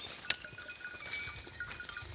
ಹೆಂಗ್ ಕಿಲೋಗ್ರಾಂ ಗೋಂಜಾಳ ತಂದಿ ಹೊಲಕ್ಕ?